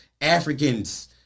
Africans